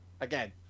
Again